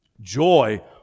joy